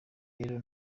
rero